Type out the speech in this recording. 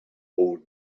old